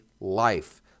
life